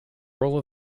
role